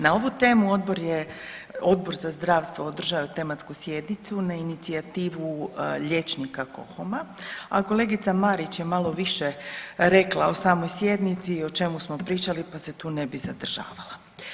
Na ovu temu odbor je, Odbor za zdravstvo održao je tematsku sjednicu na inicijativu liječnika KOHOM-a, a kolegica Marić je malo više rekla o samoj sjednici i o čemu smo pričali, pa se tu ne bi zadržavala.